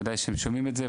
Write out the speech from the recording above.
וודאי שהם שומעים את זה,